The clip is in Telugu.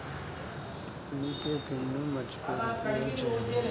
యూ.పీ.ఐ పిన్ మరచిపోయినప్పుడు ఏమి చేయాలి?